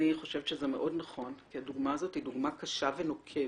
אני חושבת שזה מאוד נכון כי הדוגמה הזו היא קשה ונוקבת